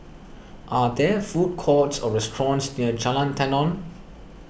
are there food courts or restaurants near Jalan Tenon